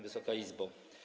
Wysoka Izbo!